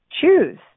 choose